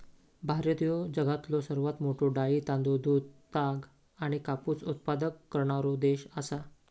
भारत ह्यो जगामधलो सर्वात मोठा डाळी, तांदूळ, दूध, ताग आणि कापूस उत्पादक करणारो देश आसा